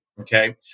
okay